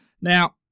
Now